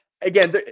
Again